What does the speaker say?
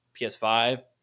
PS5